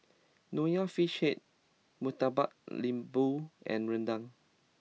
Nonya Fish Head Murtabak Lembu and Rendang